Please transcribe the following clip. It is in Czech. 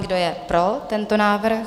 Kdo je pro tento návrh?